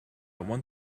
one